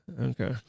okay